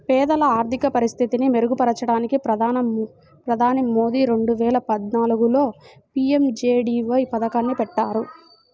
పేదల ఆర్థిక పరిస్థితిని మెరుగుపరచడానికి ప్రధాని మోదీ రెండు వేల పద్నాలుగులో పీ.ఎం.జే.డీ.వై పథకాన్ని పెట్టారు